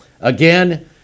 Again